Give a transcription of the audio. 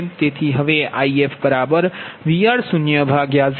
તેથી હવેIfVr0ZrrZfV30Z3301